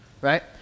right